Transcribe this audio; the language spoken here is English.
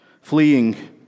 fleeing